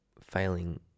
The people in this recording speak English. failing